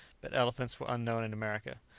but elephants were unknown in america.